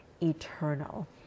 eternal